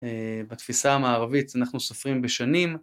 בתפיסה המערבית אנחנו סופרים בשנים.